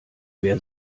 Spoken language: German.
wer